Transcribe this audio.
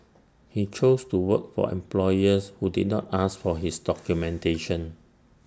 he chose to work for employers who did not ask for his documentation